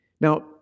Now